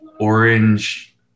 orange